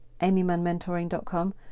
amymanmentoring.com